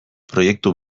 proiektu